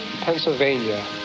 Pennsylvania